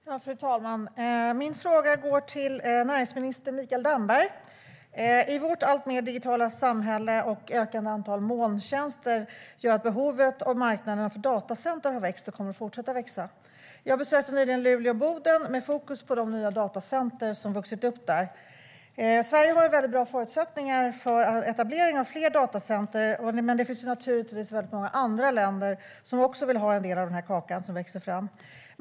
Fru talman! Min fråga går till näringsminister Mikael Damberg. Vårt alltmer digitala samhälle och ett ökande antal molntjänster gör att behovet av och marknaden för datacenter har vuxit och kommer att fortsätta att växa. Jag besökte nyligen Luleå och Boden med fokus på de nya datacenter som vuxit upp där. Sverige har väldigt bra förutsättningar för etablering av fler datacenter. Men det finns naturligtvis många andra länder som också vill ha en del av den kaka som växer fram.